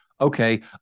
okay